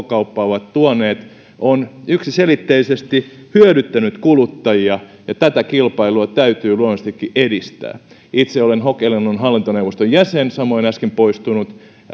kauppa ovat tuoneet ovat yksiselitteisesti hyödyttäneet kuluttajia ja tätä kilpailua täytyy luonnollisestikin edistää itse olen hok elannon hallintoneuvoston jäsen samoin äsken poistunut